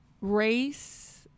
race